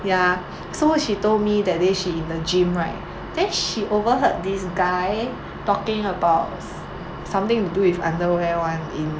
ya so she told me that that day she in the gym right then she overheard this guy talking about some~ something to do with underwear [one] in